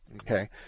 Okay